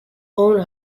own